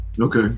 okay